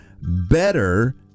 better